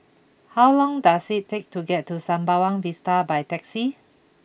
how long does it take to get to Sembawang Vista by taxi